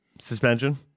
Suspension